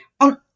on